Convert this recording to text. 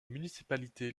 municipalité